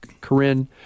Corinne